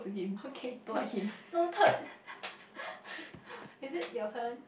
okay no no noted is it your turn